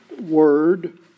word